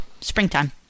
springtime